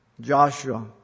Joshua